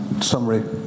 summary